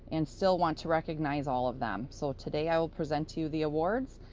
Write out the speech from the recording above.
and still want to recognize all of them. so today i will present to you the awards,